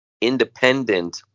independent